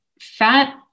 fat